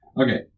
Okay